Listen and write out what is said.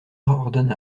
ordonne